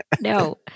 no